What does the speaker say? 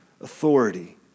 authority